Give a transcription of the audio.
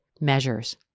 measures